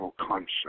concept